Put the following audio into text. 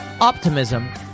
optimism